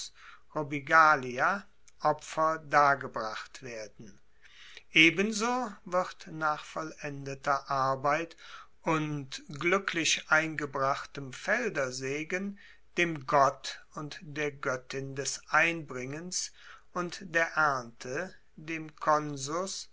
opfer dargebracht werden ebenso wird nach vollendeter arbeit und gluecklich eingebrachtem feldersegen dem gott und der goettin des einbringens und der ernte dem consus